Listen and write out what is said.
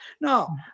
No